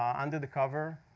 um under the cover.